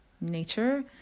nature